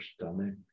stomach